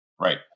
Right